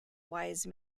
wise